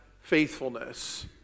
faithfulness